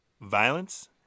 violence